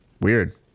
Weird